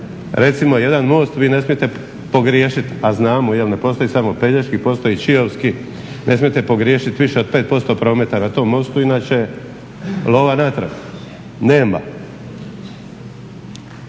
Recimo jedan most vi ne smijete pogriješiti, a znamo ne postoji samo Pelješki postoji i Čiovski, ne smijete pogriješiti više od 5% prometa na tom mostu inače lova natrag, nema.